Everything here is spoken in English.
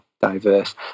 diverse